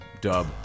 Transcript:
dub